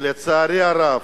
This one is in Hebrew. ולצערי הרב,